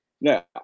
Now